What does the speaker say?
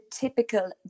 typical